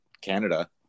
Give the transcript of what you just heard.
Canada